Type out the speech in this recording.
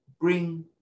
bring